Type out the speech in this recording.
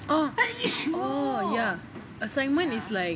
oh oh ya assignment is like